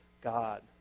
God